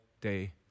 day